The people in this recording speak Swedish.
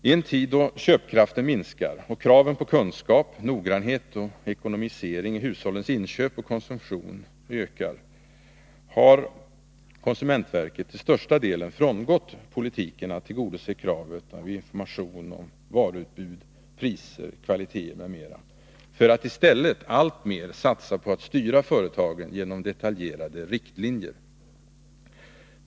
I en tid då köpkraften minskar och kraven på kunskap, noggrannhet och ekonomisering i hushållens inköp och konsumtion ökar har konsumentverket till största delen frångått politiken att tillgodose kravet på information om varuutbud, priser, kvaliteter m.m. för att i stället alltmer satsa på att styra företagen genom detaljerade riktlinjer.